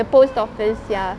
the post office